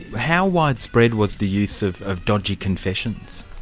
how widespread was the use of of dodgy confessions?